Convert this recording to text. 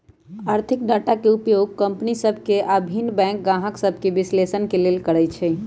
आर्थिक डाटा के उपयोग कंपनि सभ के आऽ भिन्न बैंक गाहक सभके विश्लेषण के लेल करइ छइ